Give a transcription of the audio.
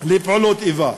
של פעולות איבה: